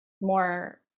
more